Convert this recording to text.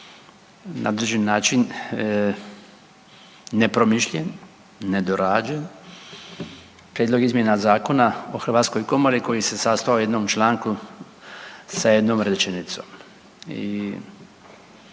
način nepromišljen, nedorađen, prijedlog izmjena zakona o hrvatskoj komori koji se sastojao u jednom članku sa jednom rečenicom